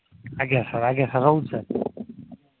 ଆଜ୍ଞା ସାର୍ ଆଜ୍ଞା ସାର୍ ରହୁଛି ସାର୍